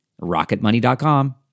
rocketmoney.com